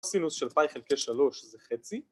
‫סינוס של פאי חלקי שלוש זה חצי.